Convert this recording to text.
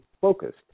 focused